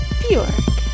Bjork